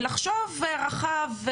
ולחשוב רחב,